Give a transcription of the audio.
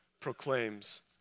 proclaims